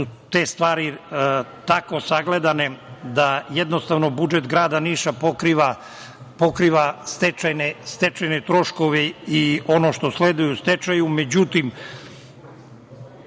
te stvari sagledane da, jednostavno, budžet grada Niša pokriva stečajne troškove i ono što sleduje u stečaju. Međutim,